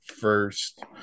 first